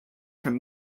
from